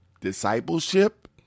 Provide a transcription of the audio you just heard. discipleship